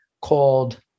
called